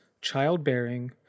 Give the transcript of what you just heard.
childbearing